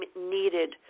needed